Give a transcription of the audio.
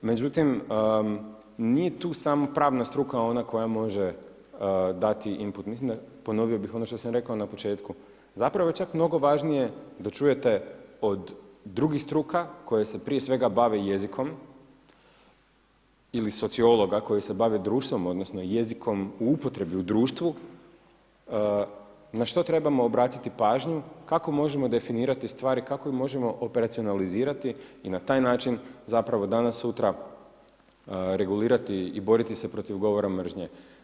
Međutim nije tu samo pravna struka ona koja može dati input, mislim, ponovio bih ono što sam rekao na početku: zapravo je mnogo važnije da čujete od drugih struka koje se prije svega bave jezikom ili sociologa koji se bavi društvom, odnosno jezikom u upotrebi u društvu, na što trebamo obratiti pažnju, kako možemo definirati stvari, kako ih možemo operacionalizirati i na taj način zapravo danas – sutra regulirati i boriti se protiv govora mržnje.